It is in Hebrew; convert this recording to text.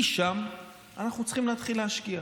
משם אנחנו צריכים להתחיל להשקיע.